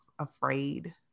afraid